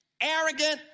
arrogant